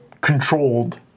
controlled